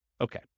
Okay